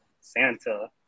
Santa